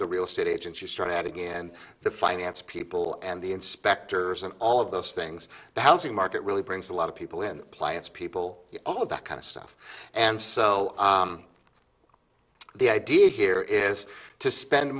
the real estate agent you start out again the finance people and the inspectors and all of those things the housing market really brings a lot of people in play it's people all of that kind of stuff and so the idea here is to spend